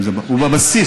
הוא בבסיס,